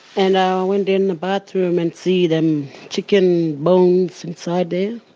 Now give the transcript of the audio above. and i went in the bathroom and see them chicken bones inside there.